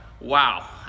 Wow